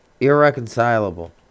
irreconcilable